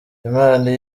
imana